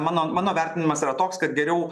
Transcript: mano mano vertinimas yra toks kad geriau